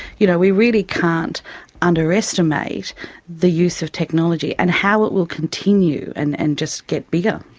you know, we really can't underestimate the use of technology and how it will continue and and just get bigger.